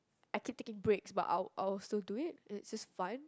I keep taking breaks but I'll I'll still do it it's just fun